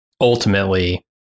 ultimately